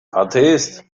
atheist